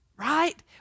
right